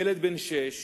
ילד בן שש